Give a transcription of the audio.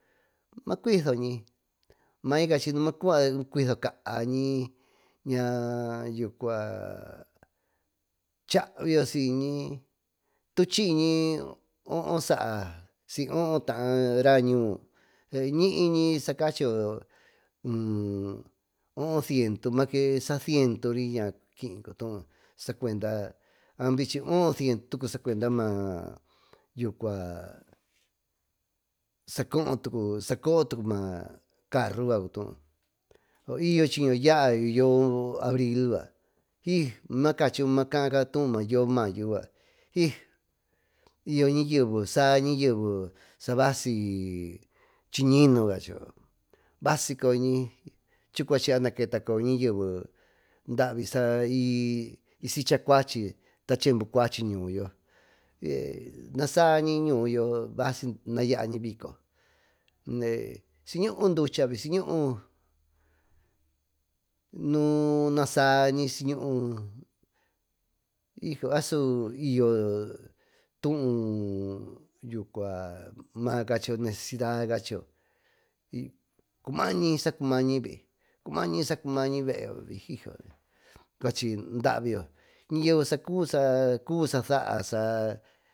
Macuiso ñaañaa mayo cua chaviyo siyñi tuchi yñi oho san o hotarra ñuú ñiyñi sacachiyo oo ochocientos mate sa siento rinakiyñi sacuenda ohociento tocu sacuenda naa yucua sacohoo o saacuó macarro cubo y yo chiño yayo yoo abril yucua ijo machyyo caayo tuú maa yoo mayo yucua y yo ñayeve saa ñayeve savasi chiñino cachiyo basicoyoñi chucua chihya maleta koyo niyeve david soy sacha cuachy taachembu cuaachi ñuuyo nasaañi ñuuyo basi nayaani bico dyee siyñuú ducha siyñuú nuu nasaañi yo a su yyo tuú yucua mayo cachiyo necesida cachi maayo cumañi sa cumañi vi cumañi samañi vee ijole cuachino aviyo ñayeve sacuvi sacuvisa saa.